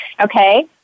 okay